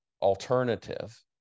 Alternative